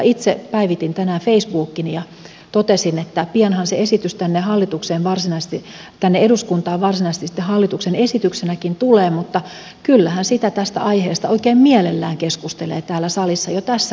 itse päivitin tänään facebookini ja totesin että pianhan se esitys tänne eduskuntaan varsinaisesti hallituksen esityksenäkin tulee mutta kyllähän tästä aiheesta oikein mielellään keskustelee täällä salissa jo tässä vaiheessa